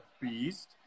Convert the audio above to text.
beast